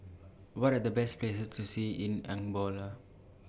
What Are The Best Places to See in Angola